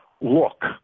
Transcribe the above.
look